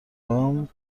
باهم